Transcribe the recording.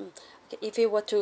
mm okay if you were to